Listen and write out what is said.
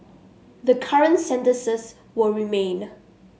the current sentences will remained